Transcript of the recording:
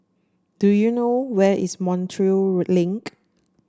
do you know where is Montreal Link